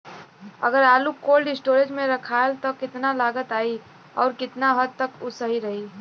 अगर आलू cold storage में रखायल त कितना लागत आई अउर कितना हद तक उ सही रही?